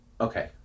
Okay